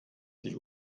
sich